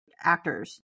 actors